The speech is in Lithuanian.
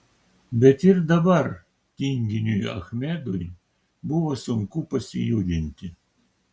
bet ir dabar tinginiui achmedui buvo sunku pasijudinti